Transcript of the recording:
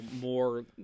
more